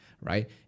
right